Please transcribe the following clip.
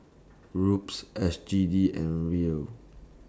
Ruble S G D and Riel